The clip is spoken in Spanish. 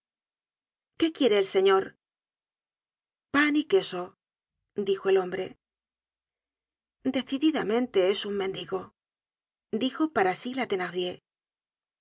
qué quiere el señor pan y queso dijo el hombre decididamente es un mendigo dijo para sí la